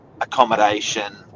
accommodation